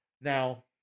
Now